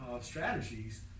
Strategies